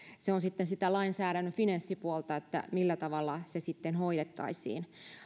se on sitten sitä lainsäädännön finanssipuolta millä tavalla se hoidettaisiin